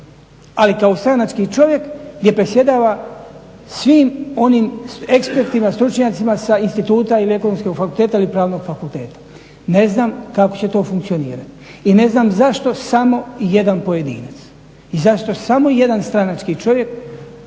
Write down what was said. ali kao stranački čovjek gdje predsjedava svim onim ekspertima, stručnjacima sa instituta ili Ekonomskog fakulteta ili Pravnog fakulteta. Ne znam kako će to funkcionirati i ne znam zašto samo jedan pojedinac i zašto samo jedan stranački čovjek,